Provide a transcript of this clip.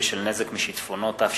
שלילת השתתפות בתקציב עקב הפליה),